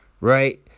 right